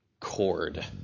cord